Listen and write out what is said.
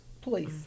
Please